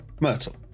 Myrtle